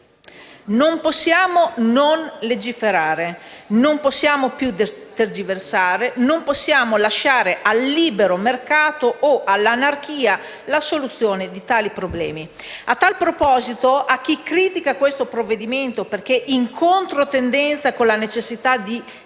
Non possiamo non legiferare, non possiamo più tergiversare, non possiamo lasciare al libero mercato o all'anarchia la soluzione di tali problema. A tal proposito, a chi critica questo provvedimento perché in controtendenza con la necessità di